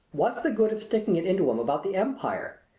what's the good of sticking it into em about the empire!